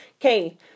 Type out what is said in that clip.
Okay